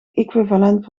equivalent